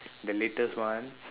the latest one